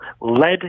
led